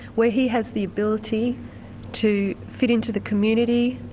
where he has the ability to fit into the community